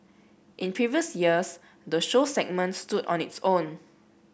in previous years the show segment stood on its own